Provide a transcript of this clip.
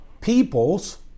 peoples